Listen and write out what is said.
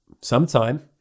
sometime